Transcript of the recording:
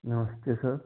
नमस्ते सर